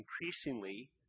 increasingly